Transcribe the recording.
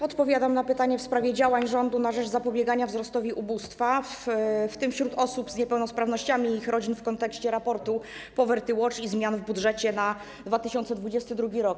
Odpowiadam na pytanie w sprawie działań rządu na rzecz zapobiegania wzrostowi ubóstwa, w tym wśród osób z niepełnosprawnościami i ich rodzin, w kontekście raportu Poverty Watch i zmian w budżecie na 2022 r.